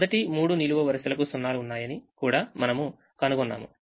మొదటి 3 నిలువు వరుసలకు 0 లు ఉన్నాయని కూడా మనము కనుగొన్నాము